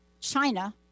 China